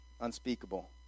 Unspeakable